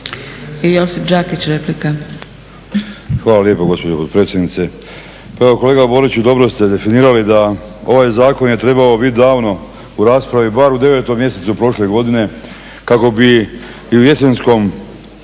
Josip (HDZ)** Hvala lijepa gospođo potpredsjednice. Pa evo kolega Boriću dobro ste definirali da ovaj zakon je trebao biti davno u raspravi, bar u 9. mjesecu prošle godine, kako bi i u jesenskom